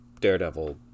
Daredevil